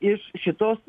iš šitos